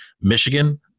Michigan